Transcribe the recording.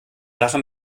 sache